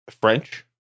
French